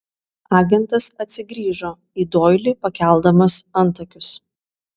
agentas atsigrįžo į doilį pakeldamas antakius